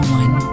one